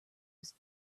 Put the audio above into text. was